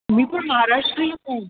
मी पण महाराष्ट्रीयन आहे